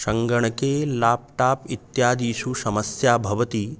सङ्गणके लाप्टाप् इत्यादीषु समस्या भवति